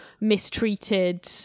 mistreated